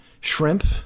shrimp